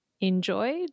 enjoyed